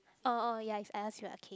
oh oh ya is I ask you ah okay